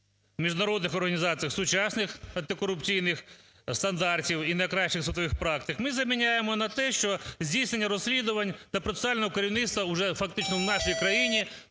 міжнародних організаціях сучасних антикорупційних стандартів і найкращих світових практик, ми заміняємо на те, що здійснення розслідувань та процесуального керівництва уже, фактично, в нашій країні,